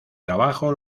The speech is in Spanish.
trabajo